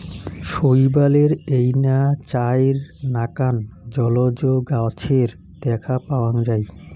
শৈবালের এইনা চাইর নাকান জলজ গছের দ্যাখ্যা পাওয়াং যাই